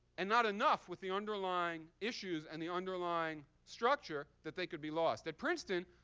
and not enough with the underlying issues and the underlying structure that they could be lost. at princeton,